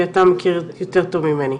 כי אתה מכיר יותר טוב ממני.